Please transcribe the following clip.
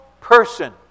person